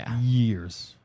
Years